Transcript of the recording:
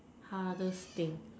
hardest thing